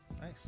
nice